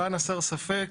למכן הסר ספק,